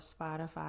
Spotify